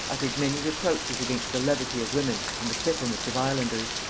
uttered many reproaches against the levity of women and the fickleness of islanders.